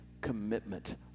commitment